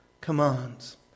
commands